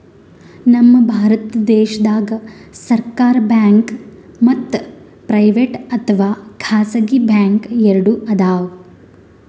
ನಮ್ ಭಾರತ ದೇಶದಾಗ್ ಸರ್ಕಾರ್ ಬ್ಯಾಂಕ್ ಮತ್ತ್ ಪ್ರೈವೇಟ್ ಅಥವಾ ಖಾಸಗಿ ಬ್ಯಾಂಕ್ ಎರಡು ಅದಾವ್